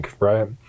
right